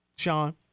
Sean